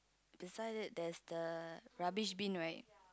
beside it there's the rubbish bin right